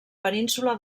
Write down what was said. península